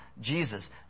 Jesus